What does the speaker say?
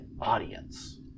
audience